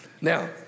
Now